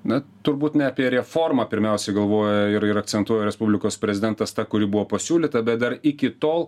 na turbūt ne apie reformą pirmiausiai galvoja ir ir akcentuoja respublikos prezidentas ta kuri buvo pasiūlyta bet dar iki tol